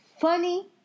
funny